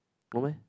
go where